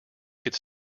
could